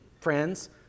friends